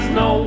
no